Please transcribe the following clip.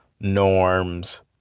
norms